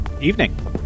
Evening